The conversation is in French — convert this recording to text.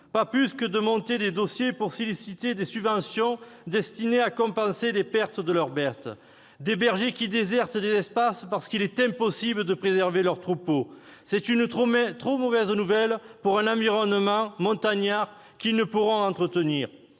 non plus que de monter des dossiers pour solliciter des subventions destinées à compenser la perte de leurs bêtes. Que des bergers désertent certains espaces parce qu'il est impossible de préserver leur troupeau, voilà une très mauvaise nouvelle pour l'environnement montagnard, qu'ils ne pourront plus entretenir.